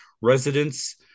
residents